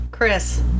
Chris